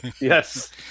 Yes